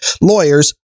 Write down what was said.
lawyers